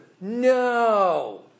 No